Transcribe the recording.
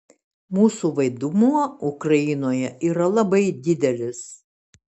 mūsų vaidmuo ukrainoje yra labai didelis